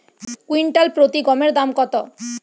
Quintal প্রতি গমের দাম কত?